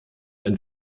ein